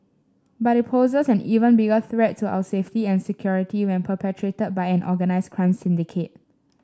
but it poses an even bigger threat to our safety and security when perpetrated by an organised crime syndicate